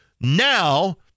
now